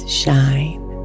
shine